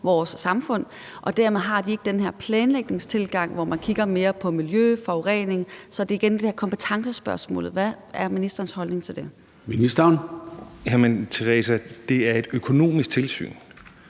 vores samfund, og dermed har de ikke den her planlægningsmæssige tilgang, hvor man kigger mere på miljø og forurening. Så det er igen det her med kompetencespørgsmålet. Hvad er ministerens holdning til det? Kl. 13:58 Formanden (Søren Gade): Ministeren.